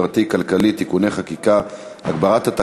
גביית המסים והגבלת האכיפה (ייעול אמצעי הגבייה ודיווח),